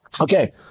Okay